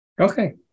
Okay